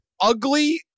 ugly